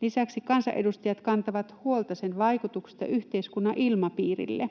Lisäksi kansanedustajat kantavat huolta sen vaikutuksista yhteiskunnan ilmapiirille.